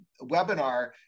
webinar